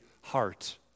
heart